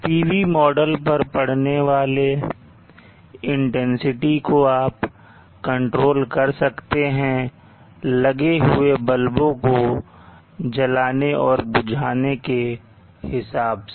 PV model पर पड़ने वाली intensity को आप कंट्रोल कर सकते हैं लगे हुए बल्बों को जलाने और बुझाने के हिसाब से